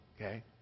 okay